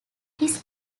his